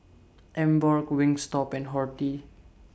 Emborg Wingstop and Horti